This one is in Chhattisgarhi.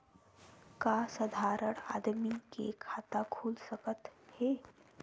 का साधारण आदमी के खाता खुल सकत हे?